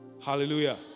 Hallelujah